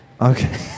Okay